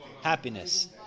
happiness